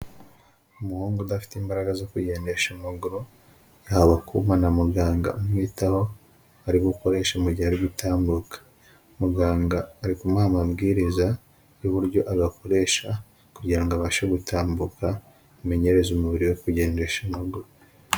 Umuhungu udafite imbaraga zo kugendesha amaguru yahawe akuma na muganga umwitaho ari gukoresha mugihe ari gutambuka muganga arimuha amabwiriza y'uburyo agakoresha kugirango abashe gutambuka amenyereza umubiri we kugendesha amaguru.